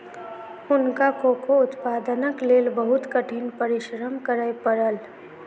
हुनका कोको उत्पादनक लेल बहुत कठिन परिश्रम करय पड़ल